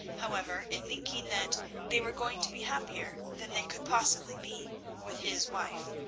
however, in thinking that they were going to be happier than they could possibly be with his wife.